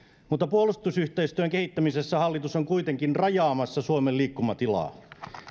mutta puolustusyhteistyön kehittämisessä hallitus on kuitenkin rajaamassa suomen liikkumatilaa